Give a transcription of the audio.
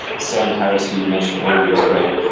sam harris, who you mentioned earlier, is great.